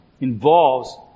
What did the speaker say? involves